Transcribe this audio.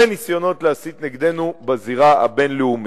וניסיונות להסית נגדנו בזירה הבין-לאומית.